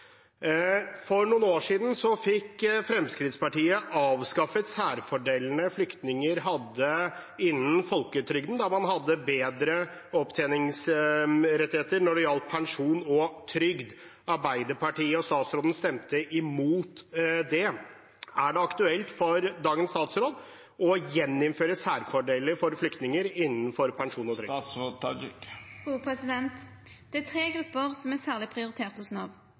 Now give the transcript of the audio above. For noen år siden fikk Fremskrittspartiet avskaffet særfordelene flyktninger hadde innen folketrygden, da man hadde bedre opptjeningsrettigheter når det gjaldt pensjon og trygd. Arbeiderpartiet og statsråden stemte imot det. Er det aktuelt for dagens statsråd å gjeninnføre særfordeler for flyktninger innenfor pensjon og trygd? Det er tre grupper som er særleg prioriterte hos Nav.